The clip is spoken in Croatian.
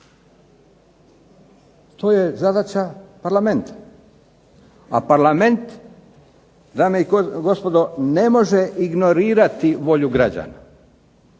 To je zadaća Parlamenta, a Parlament dame i gospodo ne može ignorirati volju građana